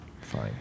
Fine